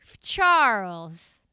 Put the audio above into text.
Charles